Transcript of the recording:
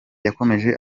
yakomeje